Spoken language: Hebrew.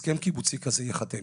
הסכם קיבוצי כזה ייחתם.